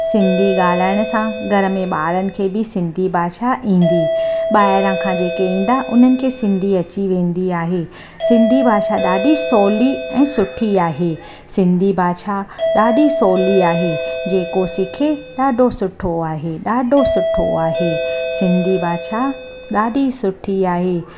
सिंधी ॻाल्हाइण सां घर में ॿारनि खे बि सिंधी भाषा ईंदी ॿाहिरां खां जेके ईंदा उन्हनि खे सिंधी अची वेंदी आहे सिंधी भाषा ॾाढी सवली ऐं सुठी आहे सिंधी भाषा ॾाढी सवली आहे जेको सिखे ॾाढो सुठो आहे ॾाढो सुठो आहे सिंधी भाषा ॾाढी सुठी आहे